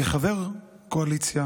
כחבר קואליציה